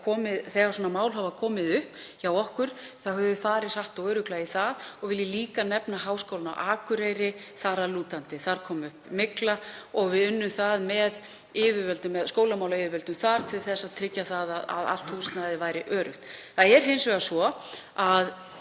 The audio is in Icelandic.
þegar svona mál hafa komið upp hjá okkur hefur verið farið hratt og örugglega í það. Vil ég líka nefna Háskólann á Akureyri þar að lútandi, þar kom upp mygla og við unnum með skólamálayfirvöldum til að tryggja að allt húsnæði væri öruggt. Það er hins vegar svo að